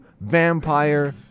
Vampire